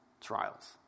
trials